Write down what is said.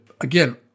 again